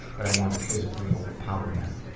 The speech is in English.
but i want to physically overpower them.